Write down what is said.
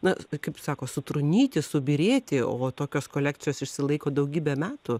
na kaip sako sutrūnyti subyrėti o tokios kolekcijos išsilaiko daugybę metų